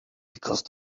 because